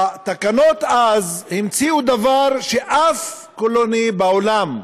התקנות אז המציאו דבר שאף colony בעולם,